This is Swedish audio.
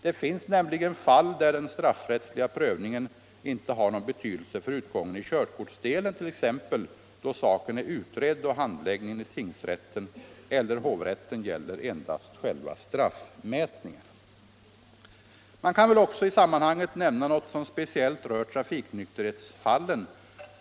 Det finns nämligen fall där den straffrättsliga prövningen inte har någon betydelse för utgången i körkortsdelen, t.ex. då saken är utredd och handläggningen i tingsrätten eller hovrätten gäller endast själva straffmätningen. Man kan i sammanhanget också nämna något som speciellt rör trafiknykterhetsfallen.